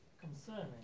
concerning